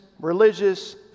religious